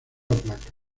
placa